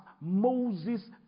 Moses